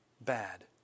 bad